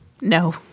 No